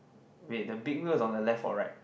wait the big wheel is on the left or right